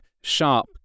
sharp